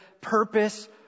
Purpose